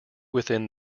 within